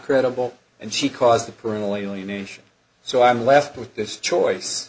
credible and she caused a parental alienation so i'm left with this choice